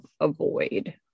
avoid